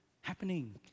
Happening